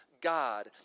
God